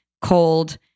cold